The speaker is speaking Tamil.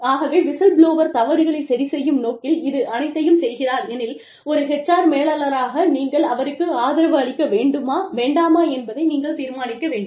ஆகவே விசில்புளோவர் தவறுகளைச் சரி செய்யும் நோக்கில் இது அனைத்தையும் செய்கிறார் எனில் ஒரு HR மேலாளராக நீங்கள் அவருக்கு ஆதரவு அளிக்க வேண்டுமா வேண்டாமா என்பதை நீங்கள் தீர்மானிக்க வேண்டும்